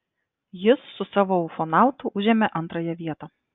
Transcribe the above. jis su savo ufonautu užėmė antrąją vietą